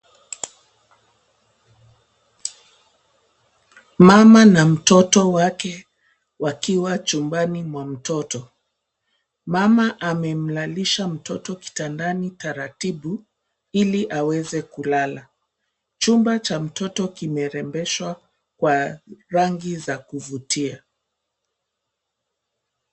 Mama na mtoto wake wakiwa chumbani mwa mtoto. Mama amemlalisha mtoto kitandani taratibu ili aweze kulala. Chumba cha mtoto kimerembeshwa kwa rangi za kuvutia.